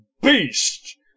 beast